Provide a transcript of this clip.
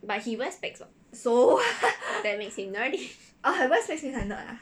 but he wear specs [what] that makes him nerdy